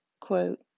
Quote